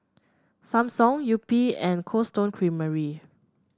Samsung Yupi and Cold Stone Creamery